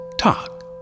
talk